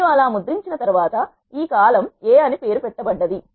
మీరు అలా ముద్రించిన తర్వాత ఈ కాలమ్ a అని పేరు పెట్టబడ్డది